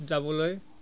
যাবলৈ